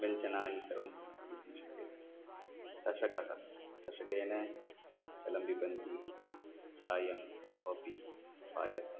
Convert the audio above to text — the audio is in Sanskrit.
व्यञ्चनानि सर्वं स्थापयितुं शक्यते चषकः चषकेन जलं पिबन्ति चायं काफ़ी पायसं